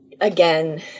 again